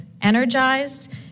energized